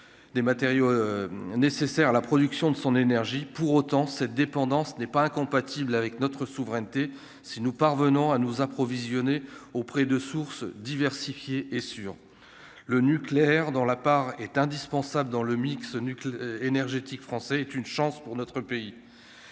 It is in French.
des matériaux nécessaires à la production de son énergie pour autant cette dépendance n'est pas incompatible avec notre souveraineté si nous parvenons à nous approvisionner auprès de sources diversifiées et sur le nucléaire dans l'appart est indispensable dans le mix nucléaire énergétique français est une chance pour notre pays,